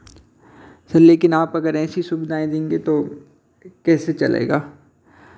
sir लेकिन आप अगर ऐसी सुविधाएं देंगे तो कैसे चलेगा